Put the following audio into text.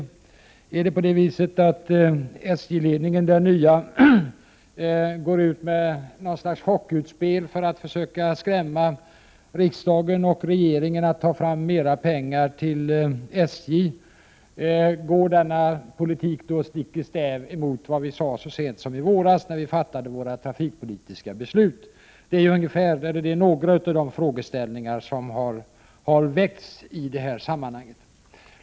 Går den nya SJ-ledningen ut med något slags chockutspel för att försöka skrämma riksdagen och regeringen att ta fram mera pengar till SJ? Går denna politik då stick i stäv mot vad vi sade så sent som i våras när vi fattade de trafikpolitiska besluten? Det är några av de frågeställningar som har väckts i detta sammanhang.